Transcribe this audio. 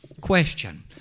Question